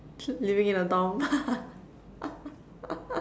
living in a dorm